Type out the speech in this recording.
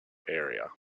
area